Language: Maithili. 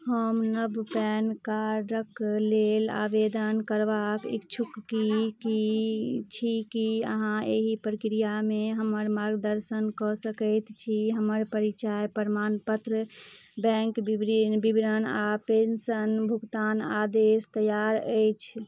हम नव पैन कार्डक लेल आवेदन करबाक इच्छुक छी की अहाँ एहि प्रक्रियामे हमर मार्गदर्शन कऽ सकैत छी हमर परिचय प्रमाण पत्र बैंक विवरण आ पेंशन भुगतान आदेश तैयार अछि